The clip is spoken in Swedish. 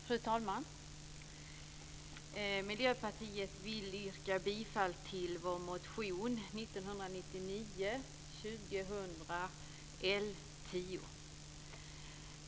Fru talman! Jag vill yrka bifall till Miljöpartiets motion 1999/2000:L10.